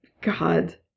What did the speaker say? God